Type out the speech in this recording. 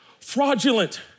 fraudulent